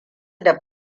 da